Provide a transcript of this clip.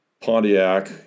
Pontiac